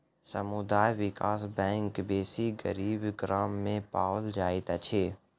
समुदाय विकास बैंक बेसी गरीब गाम में पाओल जाइत अछि